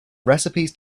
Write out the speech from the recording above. recipes